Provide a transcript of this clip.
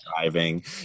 driving